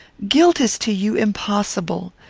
guilt is to you impossible.